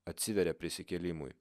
atsiveria prisikėlimui